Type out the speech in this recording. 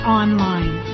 online